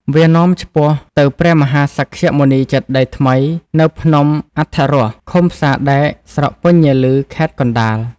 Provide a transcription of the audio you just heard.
វានាំឆ្ពោះទៅព្រះមហាសក្យមុនី ចេតិយថ្មី នៅភ្នំអដ្ឋរស្ស ឃុំផ្សារដែក ស្រុកពញាឮ ខេត្តកណ្តាល។